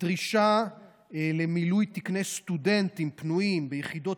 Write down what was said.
דרישה למילוי תקני סטודנטים פנויים ביחידות